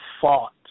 fought